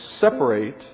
separate